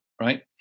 right